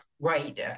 right